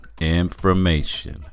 information